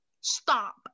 Stop